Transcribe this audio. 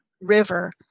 River